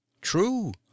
True